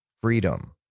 freedom